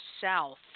South